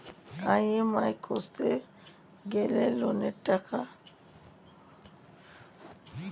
EMI কষতে গেলে লোনের টাকার সুদের হার দিয়ে সেটার হিসাব করতে হয়